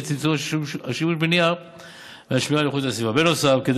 צמצום השימוש בנייר והשמירה על איכות הסביבה.